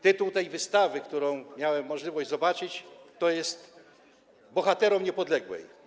Tytuł wystawy, którą miałem możliwość zobaczyć, brzmi: „Bohaterom Niepodległej”